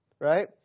Right